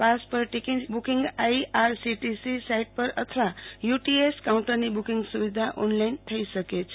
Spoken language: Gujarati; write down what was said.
પાસ પર ટિકિટ બુકિંગ આઈઆરસીટીસી સાઇટ પર અથવા યુટીએસ કાઉન્ટરની બુકિંગ સુવિધા ઑનલાઇન થઈ શકે છે